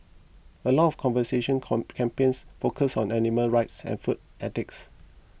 a lot of conservation come campaigns focus on animal rights and food ethics